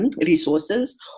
resources